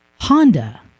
Honda